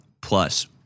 Plus